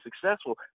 successful